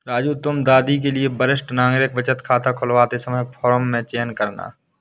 राजू तुम दादी के लिए वरिष्ठ नागरिक बचत खाता खुलवाते समय फॉर्म में चयन करना